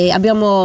Abbiamo